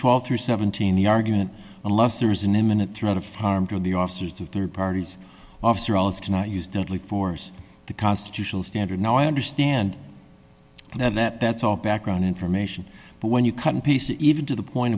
twelve through seventeen the argument unless there's an imminent threat of harm to the officer to rd parties officer ellis cannot use deadly force the constitutional standard now i understand that that's all background information but when you cut in pieces even to the point